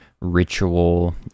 ritual